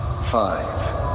Five